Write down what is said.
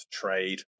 trade